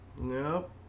Nope